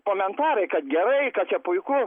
komentarai kad gerai kad čia puiku